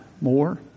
more